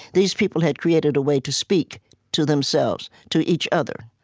these people had created a way to speak to themselves, to each other,